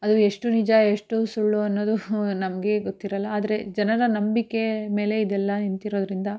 ಅದು ಎಷ್ಟು ನಿಜ ಎಷ್ಟು ಸುಳ್ಳು ಅನ್ನೋದು ನಮಗೆ ಗೊತ್ತಿರೋಲ್ಲ ಆದರೆ ಜನರ ನಂಬಿಕೆ ಮೇಲೆ ಇದೆಲ್ಲ ನಿಂತಿರೋದರಿಂದ